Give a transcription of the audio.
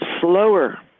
slower